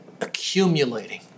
accumulating